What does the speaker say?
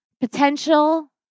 potential